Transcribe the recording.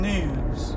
News